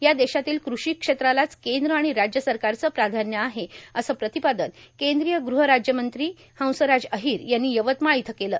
या देशातील कृषी क्षेत्रालाच कद्र आर्ज्य सरकारचं प्राधान्य आहे असं प्रातपादन कद्रीय गृह राज्यमंत्री हंसराज अहोर यांनी यवतमाळ इथं केलं